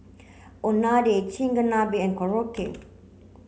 Unadon Chigenabe and Korokke